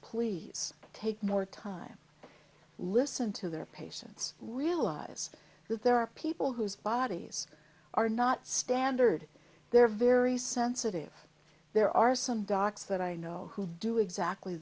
please take more time listen to their patients realize that there are people whose bodies are not standard they're very sensitive there are some docs that i know who do exactly